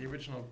the original